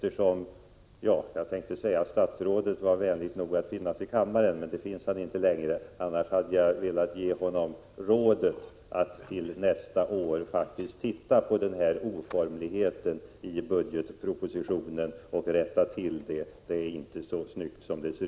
Jag hade tänkt säga, att eftersom statsrådet var vänligt nog att befinna sig i kammaren skulle jag vilja ge honom rådet att till nästa år titta på denna oformlighet i budgetpropositionen och rätta till den — men han finns inte här längre.